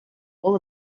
all